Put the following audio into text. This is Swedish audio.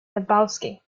lebowski